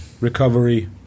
recovery